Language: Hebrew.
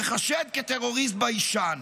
ייחשד כטרוריסט ביישן,